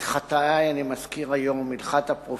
את חטאי אני מזכיר היום, והלכת אפרופים,